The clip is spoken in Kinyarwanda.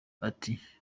ati